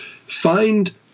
find